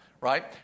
Right